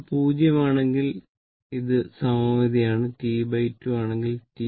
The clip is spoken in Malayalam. ഇത് 0 ആണെങ്കിൽ ഇത് സമമിതിയാണ് T2 ആണെങ്കിൽ T